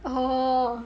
oh